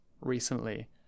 recently